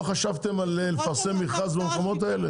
חשבתם על לפרסם מכרז למקומות האלה?